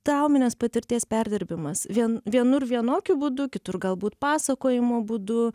trauminės patirties perdirbimas vien vienur vienokiu būdu kitur galbūt pasakojimo būdu